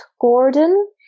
Gordon